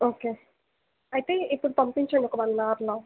okay అయితే ఇప్పుడు పంపించండి ఒక వన్ అవర్లో